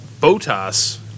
BOTAS